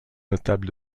notables